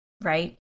right